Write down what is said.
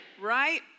Right